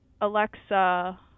Alexa